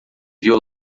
viu